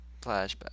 flashback